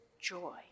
joy